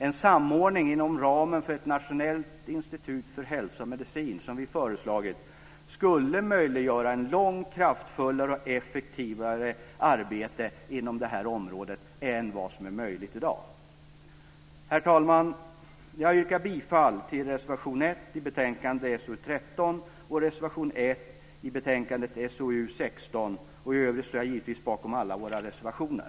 En samordning inom ramen för ett nationellt institut för hälsa och medicin som vi föreslagit, skulle möjliggöra ett långt kraftfullare och effektivare arbete inom det här området än vad som är möjligt i dag. Herr talman! Jag yrkar bifall till reservation 1 i betänkande SoU13 och reservation 1 i betänkande SoU16, och står givetvis i övrigt bakom alla våra reservationer.